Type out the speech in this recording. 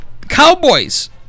Cowboys